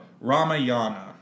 Ramayana